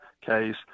case